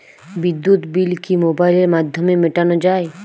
বিদ্যুৎ বিল কি মোবাইলের মাধ্যমে মেটানো য়ায়?